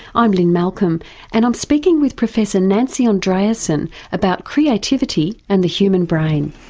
i'm lynne malcolm and i'm speaking with professor nancy andreasen about creativity and the human brain.